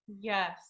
Yes